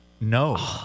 no